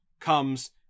comes